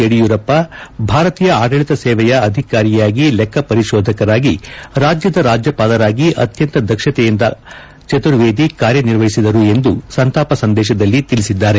ಯಡಿಯೂರಪ್ಪ ಭಾರತೀಯ ಆಡಳಿತ ಸೇವೆಯ ಅಧಿಕಾರಿಯಾಗಿ ಲೆಕ್ಕ ಪರಿಶೋಧಕರಾಗಿ ರಾಜ್ಯದ ರಾಜ್ಯ ಪಾಲರಾಗಿ ಅತ್ಯಂತ ದಕ್ಷತೆಯಿಂದ ಕಾರ್ಯನಿರ್ವಹಿಸಿದರು ಎಂದು ಸಂತಾಪ ಸಂದೇಶದಲ್ಲಿ ತಿಳಿಸಿದ್ದಾರೆ